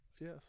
Yes